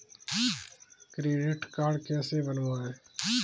Credit card कैसे बनवाएँ?